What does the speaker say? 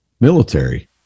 military